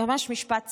ממש משפט סיום.